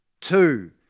Two